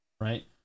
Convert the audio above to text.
right